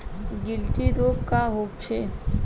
गिल्टी रोग का होखे?